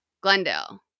Glendale